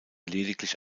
lediglich